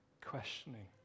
questioning